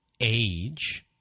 age